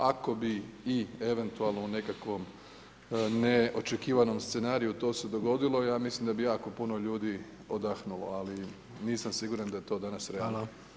Ako bi i eventualno u nekakvom neočekivanom scenariju to se dogodilo ja mislim da bi jako puno ljudi odahnulo, ali nisam siguran da je to danas realno.